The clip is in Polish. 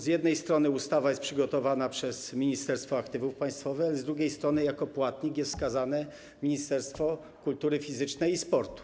Z jednej strony ustawa jest przygotowana przez Ministerstwo Aktywów Państwowych, ale z drugiej strony jako płatnik jest wskazane ministerstwo kultury fizycznej i sportu.